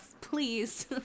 Please